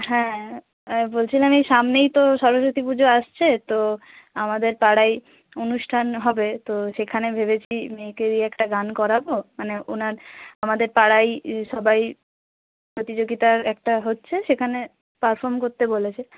হ্যাঁ বলছিলাম এই সামনেই তো সরস্বতী পুজো আসছে তো আমাদের পাড়ায় অনুষ্ঠান হবে তো সেখানে ভেবেছি মেয়েকে দিয়ে একটা গান করাবো মানে ওনার আমাদের পাড়ায় ই সবাই প্রতিযোগিতায় একটা হচ্ছে সেখানে পারফর্ম করতে বলেছে